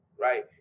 Right